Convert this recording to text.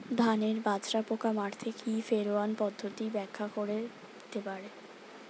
ধানের মাজরা পোকা মারতে কি ফেরোয়ান পদ্ধতি ব্যাখ্যা করে দিতে পারে?